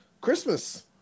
Christmas